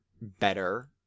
better